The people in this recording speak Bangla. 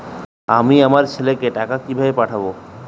আমি আমার ছেলেকে টাকা কিভাবে পাঠাব?